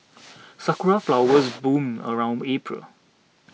sakura flowers bloom around April